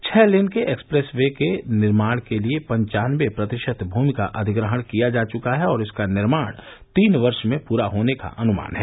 छह लेन के expressway के निर्माण के लिये पन्वानबे प्रतिशत भूमि का अधिग्रहण किया जा चुका है और इसका निर्माण तीन वर्ष में पूरा होने का अनुमान है